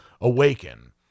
awaken